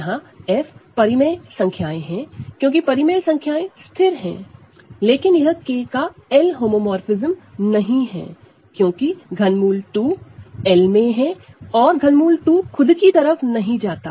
जहां F rational number एं हैं क्योंकि रेशनल नंबर एं स्थिर है लेकिन यह K का L होमोमोरफ़िज्म नहीं है क्योंकि ∛ 2 L में है और ∛ 2 खुद की तरफ नहीं जाता